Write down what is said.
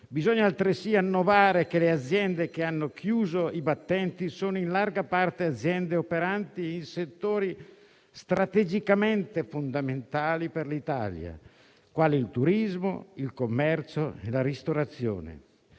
bisogna altresì annoverare che le aziende che hanno chiuso i battenti sono in larga parte operanti in settori strategicamente fondamentali per l'Italia, quali il turismo, il commercio e la ristorazione.